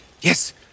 Yes